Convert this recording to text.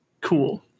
cool